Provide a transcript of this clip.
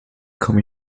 komme